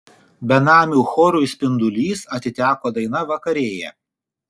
benamių chorui spindulys atiteko daina vakarėja